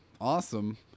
Awesome